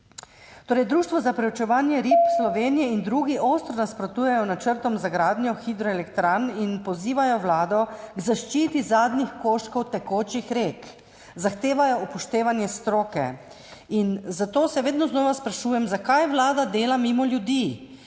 Društvo za preučevanje rib Slovenije in drugi ostro nasprotujejo načrtom za gradnjo hidroelektrarn in pozivajo vlado k zaščiti zadnjih koščkov tekočih rek. Zahtevajo upoštevanje stroke. To se vedno znova sprašujem: Zakaj Vlada dela mimo ljudi,